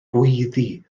gweiddi